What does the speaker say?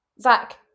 Zach